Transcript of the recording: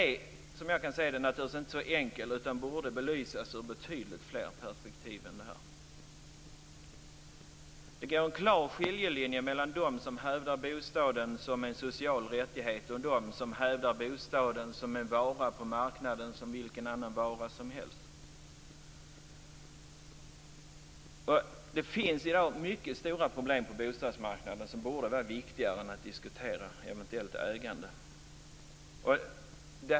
Som jag ser det är frågan inte så enkel. Den borde belysas ur betydligt fler perspektiv. Det går en klar skiljelinje mellan dem som hävdar bostaden som en social rättighet och dem som hävdar bostaden som en vara på marknaden, som vilken annan vara som helst. Det finns i dag mycket stora problem på bostadsmarknaden som det borde vara viktigare att diskutera än just eventuellt ägande.